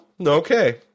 Okay